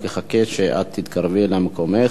רק אחכה שתתקרבי למקומך.